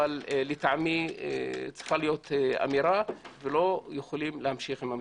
אבל לטעמי צריכה להיות אמירה שלא יכולים להמשיך עם המצב.